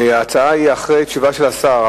ההצעה היא אחרי תשובה של השר,